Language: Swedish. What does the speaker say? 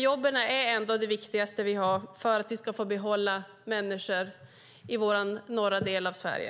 Jobben är ändå det viktigaste vi har för att få behålla människor i vår norra del av Sverige.